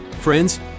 Friends